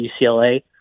UCLA